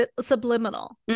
subliminal